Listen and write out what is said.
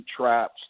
traps